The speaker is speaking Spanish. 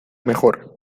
mejor